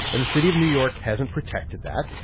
and the city of new york hasn't protected that.